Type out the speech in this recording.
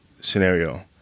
scenario